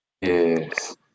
Yes